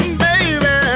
baby